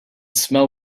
smell